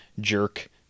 jerk